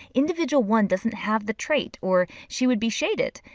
individual one doesn't have the trait or she would be shaded,